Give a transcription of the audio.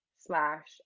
slash